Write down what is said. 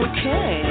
Okay